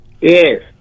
yes